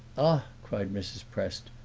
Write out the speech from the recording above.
ah, cried mrs. prest,